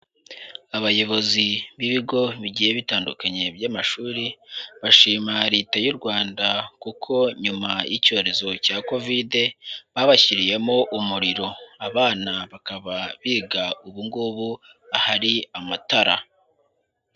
Abayobozi b'ibigo bigiye bitandukanye by'amashuri bashima Leta y'u Rwanda kuko nyuma y'icyorezo cya Kovide babashyiriyemo umuriro, abana bakaba biga ubu ngubu ahari amatara.